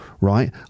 right